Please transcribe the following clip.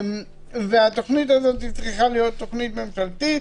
התוכנית הזו צריכה להיות תוכנית ממשלתית,